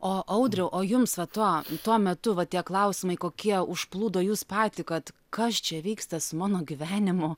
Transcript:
o audriau o jums va tuo tuo metu va tie klausimai kokie užplūdo jus patį kad kas čia vyksta su mano gyvenimu